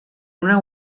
una